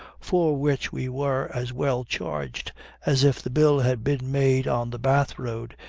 for which we were as well charged as if the bill had been made on the bath-road,